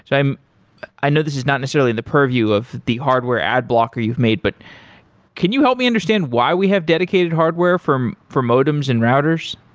so i know this is not necessarily the purview of the hardware ad blocker you've made, but can you help me understand why we have dedicated hardware for for modems and routers?